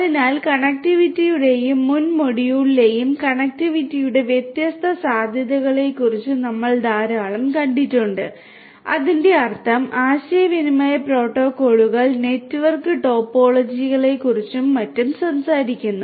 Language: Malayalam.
അതിനാൽ കണക്റ്റിവിറ്റിയുടെയും മുൻ മൊഡ്യൂളിലെയും കണക്റ്റിവിറ്റിയുടെ വ്യത്യസ്ത സാധ്യതകളെക്കുറിച്ച് നമ്മൾ ധാരാളം കണ്ടിട്ടുണ്ട് അതിന്റെ അർത്ഥം ആശയവിനിമയ പ്രോട്ടോക്കോളുകൾ നെറ്റ്വർക്ക് ടോപ്പോളജികളെക്കുറിച്ചും മറ്റും സംസാരിക്കുന്നു